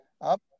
up